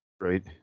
Right